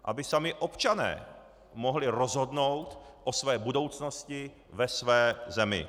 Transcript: Aby sami občané mohli rozhodnout o své budoucnosti ve své zemi.